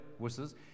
wusses